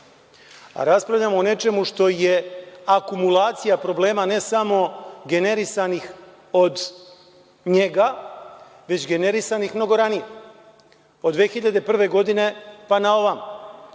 raspravljamo. Raspravljamo o nečemu što je akumulacija problema ne samo generisanih od njega, već generisanih mnogo ranije, od 2001. godine, pa na ovamo.